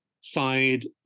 side